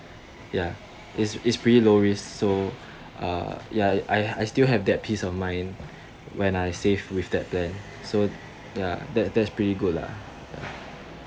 ya is is pretty low risk so uh ya I I still have that peace of mind when I save with that plan so ya that that's pretty good lah ya